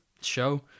show